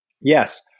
yes